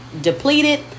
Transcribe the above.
depleted